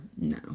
no